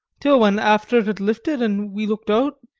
till when after it had lifted and we looked out,